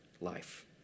life